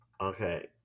okay